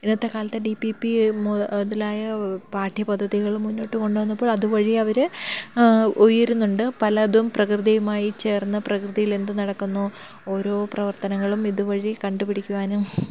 ഇന്നത്തെ കാലത്തെ D P E P മുതലായ പാഠ്യ പദ്ധതികൾ മുന്നോട്ട് കൊണ്ടു വന്നപ്പോൾ അതുവഴി അവർ ഉയരുന്നുണ്ട് പലതും പ്രകൃതിയുമായി ചേർന്ന പ്രകൃതിൽ എന്ത് നടക്കുന്നു ഓരോ പ്രവർത്തനങ്ങളും ഇതുവഴി കണ്ടുപിടിക്കുവാനും